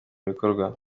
bikorwa